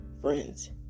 friends